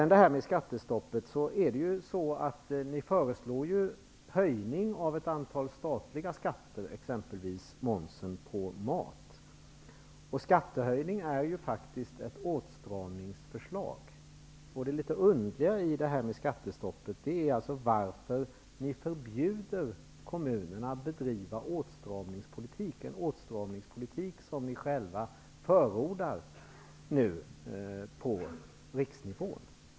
Ni borgerliga föreslår höjning av ett antal statliga skatter som t.ex. momsen på mat. Skattehöjning är ju ett åtstramningsinstrument. Det underliga i fråga om skattestoppet är att ni förbjuder kommunerna att bedriva åtstramningspolitik när ni nu själva förordar en åtstramningspolitik på riksnivå.